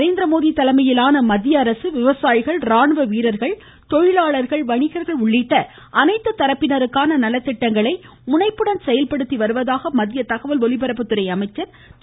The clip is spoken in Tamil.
நரேந்திரமோதி தலைமையிலான மத்திய அரசு விவசாயிகள் ராணுவ வீரர்கள் தொழிலாளர்கள் வணிகர்கள் உள்ளிட்ட அனைத்து தரப்பினருக்கான நல திட்டங்களை முணைப்புடன் செயல்படுத்தி வருவதாக மத்திய தகவல் ஒலிபரப்புத்துறை அமைச்சர் திரு